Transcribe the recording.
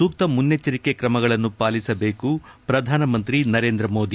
ಸೂಕ್ತ ಮುನ್ನೆಚ್ಚರಿಕೆ ಕ್ರಮಗಳನ್ನು ಪಾಲಿಸಬೇಕು ಪ್ರಧಾನಮಂತ್ರಿ ನರೇಂದ್ರ ಮೋದಿ